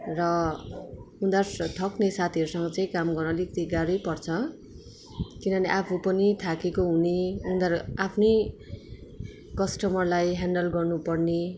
र उनीहरू स ठक्ने साथीहरूसँग चाहिँ काम गर्नु अलिकति गाह्रै पर्छ किनभने आफू पनि थाकेको हुने उनीहरू आफ्नै कस्टमरलाई ह्याडल गर्नुपर्ने